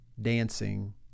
dancing